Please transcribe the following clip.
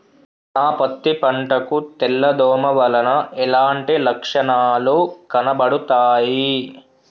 నా పత్తి పంట కు తెల్ల దోమ వలన ఎలాంటి లక్షణాలు కనబడుతాయి?